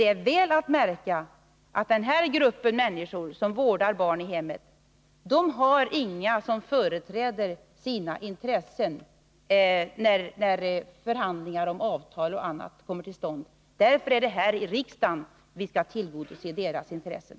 Det är väl att märka att den här gruppen människor, som vårdar barn i hemmet, inte har några som företräder sina intressen i förhandlingar om avtal och annat. Därför är det här i riksdagen som vi skall tillgodose deras intressen.